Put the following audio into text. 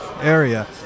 area